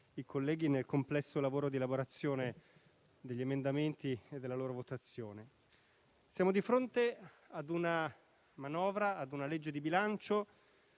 i colleghi nel complesso lavoro di elaborazione degli emendamenti e della loro votazione. Siamo di fronte ad una legge di bilancio